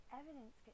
evidence